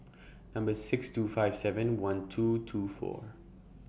Number six two five seven one two two four